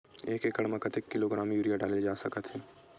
एक एकड़ म कतेक किलोग्राम यूरिया डाले जा सकत हे?